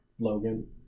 logan